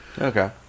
Okay